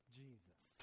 jesus